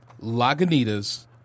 Lagunitas